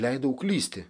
leidau klysti